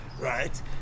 Right